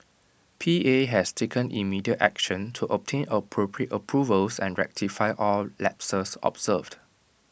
P A has taken immediate action to obtain appropriate approvals and rectify all lapses observed